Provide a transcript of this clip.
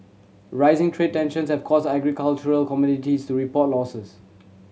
rising trade tensions have caused agricultural commodities to report losses